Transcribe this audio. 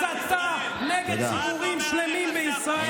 הסתה נגד ציבורים שלמים בישראל.